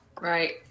Right